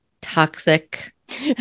toxic